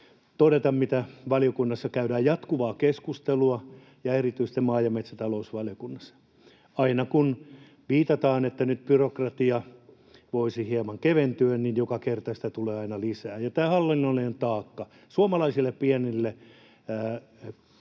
todeta, että valiokunnassa, ja erityisesti maa- ja metsätalousvaliokunnassa, käydään jatkuvaa keskustelua. Aina kun viitataan, että nyt byrokratia voisi hieman keventyä, niin joka kerta sitä tulee aina lisää, ja tämä hallinnollinen taakka suomalaisille pienille